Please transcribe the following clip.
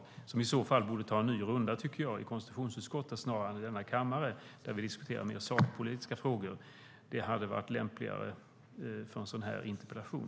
Detta borde i så fall föranleda en ny runda i konstitutionsutskottet snarare än i denna kammare, där vi diskuterar mer sakpolitiska frågor. Det hade varit lämpligare när det gäller en sådan här interpellation.